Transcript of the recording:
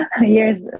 year's